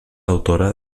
autora